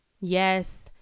yes